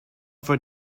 for